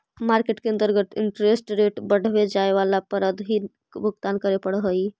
market के अंतर्गत interest rate बढ़वे जाए पर अधिक भुगतान करे पड़ऽ हई